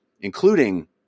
including